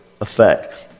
effect